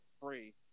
Free